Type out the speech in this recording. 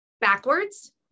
backwards